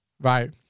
Right